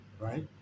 Right